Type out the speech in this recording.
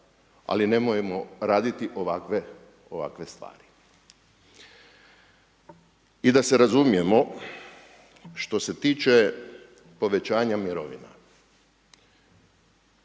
ali nemojmo raditi ovakve stvari. I da se razumijemo, što se tiče povećanja mirovina,